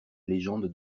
légende